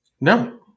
No